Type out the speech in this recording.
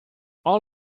all